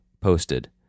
posted